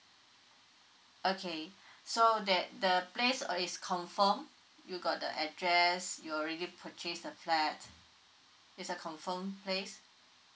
okay so that the place uh is confirm you got the address you already purchase the flat it's a confirm place